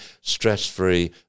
stress-free